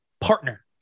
partner